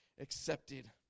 accepted